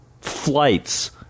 flights